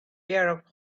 pair